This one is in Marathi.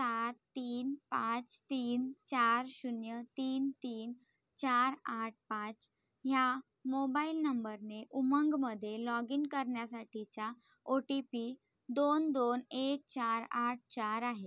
सात तीन पाच तीन चार शून्य तीन तीन चार आठ पाच ह्या मोबाइल नंबरने उमंगमध्ये लॉग इन करण्यासाठीचा ओ टी पी दोन दोन एक चार आठ चार आहे